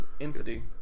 entity